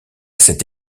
cette